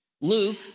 Luke